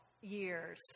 years